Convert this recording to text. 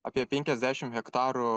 apie penkiasdešim hektarų